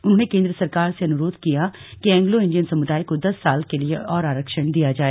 उन्होंने केंद्र सरकार से अनुरोध किया कि एंग्लो इंडियन समुदाय को दस साल के लिए और आरक्षण दिया जाए